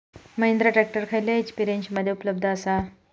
Mahindra tractor खयल्या HP रेंजमध्ये उपलब्ध आसा?